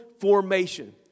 formation